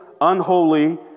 unholy